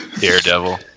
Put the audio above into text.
Daredevil